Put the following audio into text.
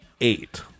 Eight